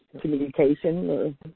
communication